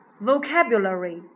Vocabulary